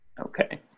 Okay